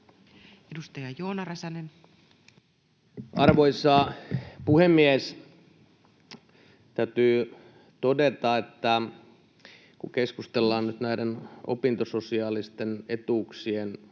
17:12 Content: Arvoisa puhemies! Täytyy todeta, että kun keskustellaan nyt näiden opintososiaalisten etuuksien